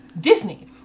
Disney